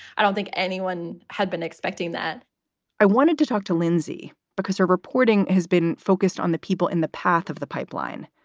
i don't think anyone had been expecting that i wanted to talk to lindsay because her reporting has been focused on the people in the path of the pipeline,